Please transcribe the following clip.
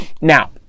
Now